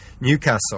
Newcastle